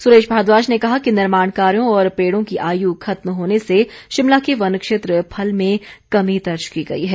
सुरेश भारद्वाज ने कहा कि निर्माण कार्यो और पेड़ों की आयु खत्म होने से शिमला के वन क्षेत्र फल में कमी दर्ज की गई है